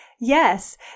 Yes